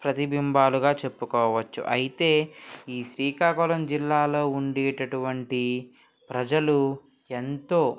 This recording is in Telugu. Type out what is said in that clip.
ప్రతిబింబాలుగా చెప్పుకోవచ్చు అయితే ఈ శ్రీకాకుళం జిల్లాలో ఉండేటటువంటి ప్రజలు ఎంతో